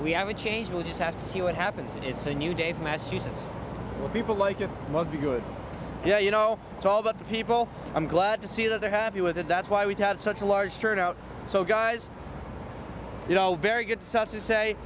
a change we'll just have to see what happens and it's a new day for massachusetts people like you must be good yeah you know it's all about the people i'm glad to see that they're happy with it that's why we've had such a large turnout so guys you know very good